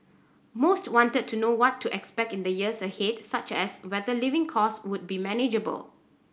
most wanted to know what to expect in the years ahead such as whether living cost would be manageable